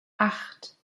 acht